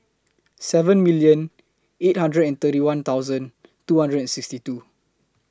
seven million eight hundred and thirty one thousand two hundred and sixty two